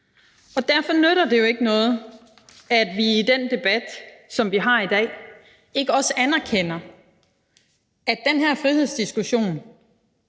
og derfor nytter det jo ikke noget, at vi i den debat, som vi har i dag, ikke anerkender, at den her frihedsdiskussion